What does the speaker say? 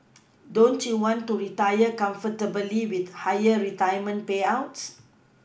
don't you want to retire comfortably with higher retirement payouts